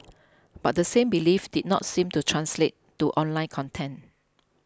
but the same belief did not seem to translate to online content